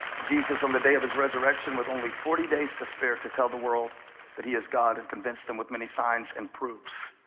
jesus on the day of his resurrection, with only forty days to spare to tell the world that he is god and convince them with many signs and proofs,